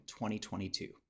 2022